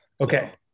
Okay